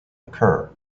occur